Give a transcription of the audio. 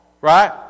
right